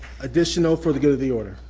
additional for the good of the order?